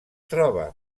troba